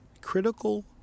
critical